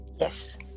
yes